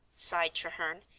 sighed treherne,